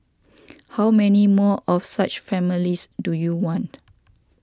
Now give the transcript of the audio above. how many more of such families do you want